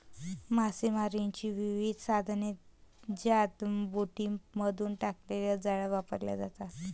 मासेमारीची विविध साधने ज्यात बोटींमधून टाकलेल्या जाळ्या वापरल्या जातात